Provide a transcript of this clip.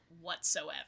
whatsoever